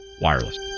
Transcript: Wireless